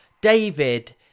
David